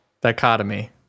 Dichotomy